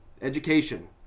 education